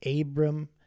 Abram